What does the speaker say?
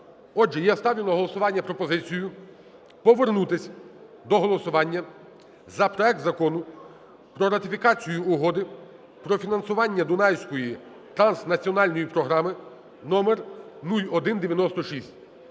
Отже, я ставлю на голосування пропозицію повернутися до голосування за проект Закону про ратифікацію Угоди про фінансування Дунайської транснаціональної програми (№ 0196).